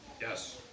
Yes